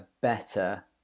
better